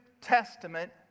Testament